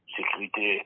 sécurité